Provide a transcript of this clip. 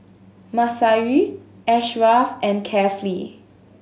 Masayu Ashraf and Kefli